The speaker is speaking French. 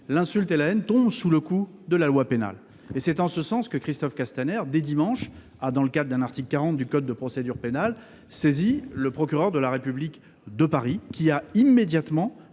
l'insulte et la haine tombent sous le coup de la loi pénale. C'est en ce sens que Christophe Castaner a, dès dimanche, dans le cadre de l'article 40 du code de procédure pénale, saisi le procureur de la République de Paris, qui a immédiatement